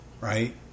right